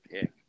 pick